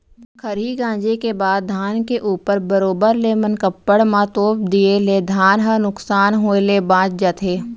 खरही गॉंजे के बाद धान के ऊपर बरोबर ले मनकप्पड़ म तोप दिए ले धार ह नुकसान होय ले बॉंच जाथे